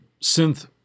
synth